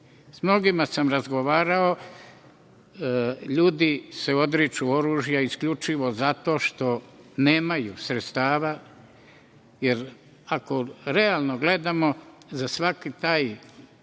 Sa mnogima sam razgovarao, ljudi se odriču oružja isključivo zato što nemaju sredstva, jer ako realno gledamo za svaki taj proces